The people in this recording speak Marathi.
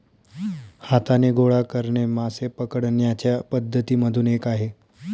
हाताने गोळा करणे मासे पकडण्याच्या पद्धती मधून एक आहे